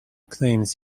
claims